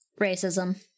Racism